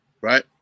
right